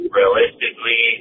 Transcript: realistically